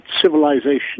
civilization